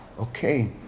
okay